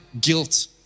guilt